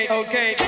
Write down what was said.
okay